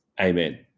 Amen